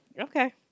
okay